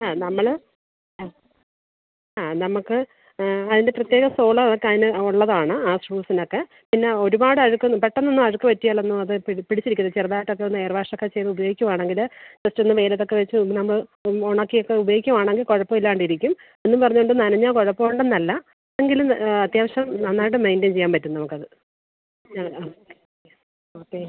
ആ നമ്മൾ ആ ആ നമുക്ക് അതിൻ്റെ പ്രത്യേക സോളോ ഒക്കെ അതിന് ഉള്ളതാണ് ആ ഷൂസിനൊക്കെ പിന്നെ ഒരുപാട് അഴുക്കൊന്നും പെട്ടെന്നൊന്നും അഴുക്ക് പറ്റിയാലൊന്നും അത് പി പിടിച്ചിരിക്കില്ല ചെറുതായിട്ടൊക്കെ ഒന്ന് എയർ വാഷ് ഒക്കെ ചെയ്ത് ഉപയോഗിക്കുവാണെങ്കിൽ കുറച്ചൊന്ന് വെയിലത്തൊക്കെ വെച്ച് നമ്മൾ ഉണക്കി ഒക്കെ ഉപയോഗിക്കുവാണെങ്കിൽ കുഴപ്പം ഇല്ലാണ്ടിരിക്കും എന്നും പറഞ്ഞതുകൊണ്ട് നനഞ്ഞാൽ കുഴപ്പം ഉണ്ടെന്നല്ല എങ്കിലും അത്യാവശ്യം നന്നായിട്ട് മെയ്ൻ്റെയ്ൻ ചെയ്യാൻ പറ്റും നമുക്കത് ഞാൻ ആ ഓക്കെ